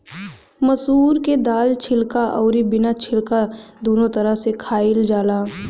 मसूर के दाल छिलका अउरी बिना छिलका दूनो तरह से खाइल जाला